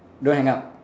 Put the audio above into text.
don't hang up